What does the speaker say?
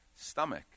stomach